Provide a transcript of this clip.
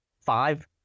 five